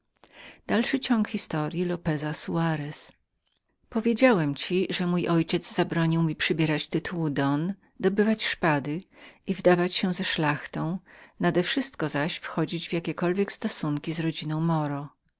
słowach powiedziałem ci że mój ojciec zabronił mi przybierać tytuł don dobywać szpady i wdawać się ze szlachtą nadewszystko zaś wchodzić w jakiekolwiek stosunki z rodziną moro